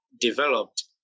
developed